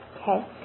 Okay